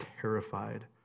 terrified